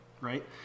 Right